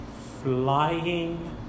flying